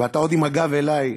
ואתה עוד עם הגב אלי.